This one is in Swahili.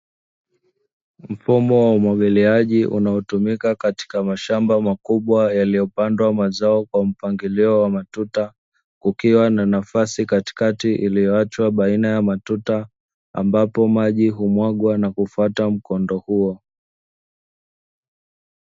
Mfumo wa umwagiliaji, unaotumika katika mashamba makubwa yaliyopangwa mazao kwa mpangilio wa matuta kukiwa na nafasi katikati ilioachwa baina ya matuta ambapo maji humwagwa na kufata mkondo huo.